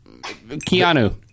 Keanu